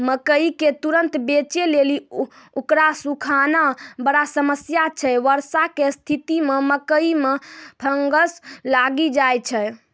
मकई के तुरन्त बेचे लेली उकरा सुखाना बड़ा समस्या छैय वर्षा के स्तिथि मे मकई मे फंगस लागि जाय छैय?